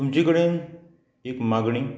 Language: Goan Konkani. तुमचे कडेन एक मागणी